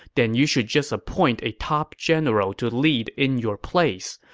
then you should just appoint a top general to lead in your place.